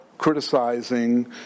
Criticizing